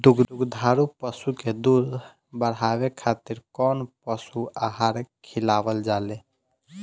दुग्धारू पशु के दुध बढ़ावे खातिर कौन पशु आहार खिलावल जाले?